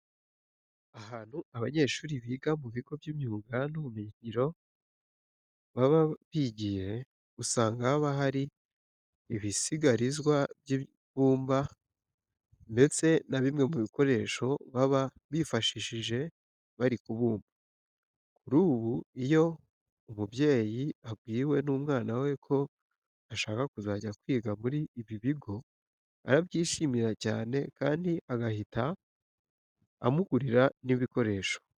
Ahantu abanyeshuri biga mu bigo by'imyuga n'ubumenyingiro baba bigiye, usanga haba hari ibisigarizwa by'ibumba ndetse na bimwe mu bikoresho baba bifashishije bari kubumba. Kuri ubu iyo umubyeyi abwiwe n'umwana we ko ashaka kuzajya kwiga muri ibi bigo, arabyishimira cyane kandi agahita amugurira n'ibikoresho.